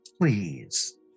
Please